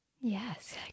Yes